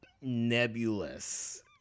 nebulous